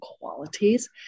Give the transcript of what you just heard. qualities